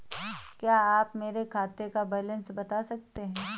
क्या आप मेरे खाते का बैलेंस बता सकते हैं?